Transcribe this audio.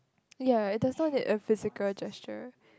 ya it does not need a physical gesture